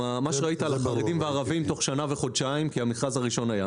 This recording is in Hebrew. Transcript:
מה שראית לגבי הערבים והחרדים תוך שנה וחודשיים כי המכרז הראשון היה.